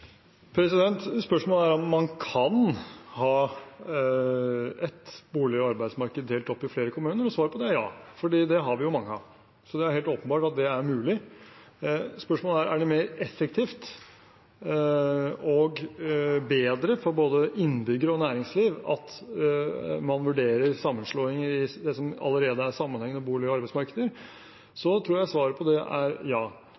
Spørsmålet er om man kan ha ett bolig- og arbeidsmarked delt opp i flere kommuner, og svaret på det er ja. Det har vi mange av, så det er helt åpenbart at det er mulig. Spørsmålet er: Er det mer effektivt og bedre for både innbyggere og næringsliv at man vurderer sammenslåinger i det som allerede er sammenhengende bolig- og arbeidsmarkeder? Jeg tror svaret på det er ja.